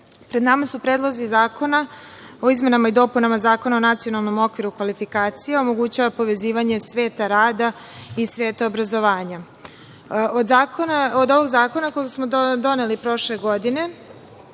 nama su predlozi zakona o izmenama i dopunama Zakona o nacionalnom okviru kvalifikacija. Omogućava povezivanje sveta rada i sveta obrazovanja. Od ovog zakona koji smo doneli prošle godine,